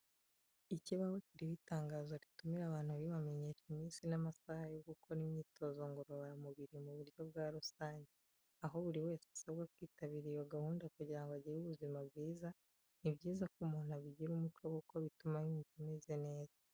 Ikibaho kiriho itangazo ritumira abantu ribamenyesha iminsi n'amasaha yo gukora imyitozo ngororamubiri mu buryo bwa rusange, aho buri wese asabwa kwitabira iyo gahunda kugira ngo agire ubuzima bwiza, ni byiza ko umuntu abigira umuco kuko bituma yumva ameze neza.